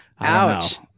ouch